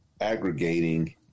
aggregating